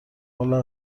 والا